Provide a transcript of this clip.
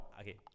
Okay